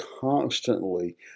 constantly